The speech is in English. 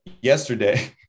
yesterday